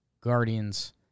Guardians